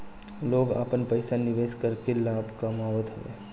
लोग आपन पईसा निवेश करके लाभ कामत हवे